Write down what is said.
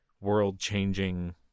world-changing